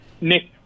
Nick